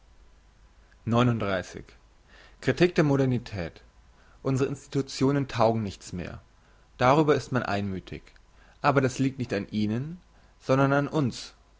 kritik der modernität unsre institutionen taugen nichts mehr darüber ist man einmüthig aber das liegt nicht an ihnen sondern an uns